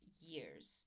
years